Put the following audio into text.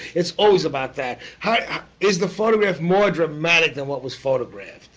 it's always about that. how is the photograph more dramatic than what was photographed?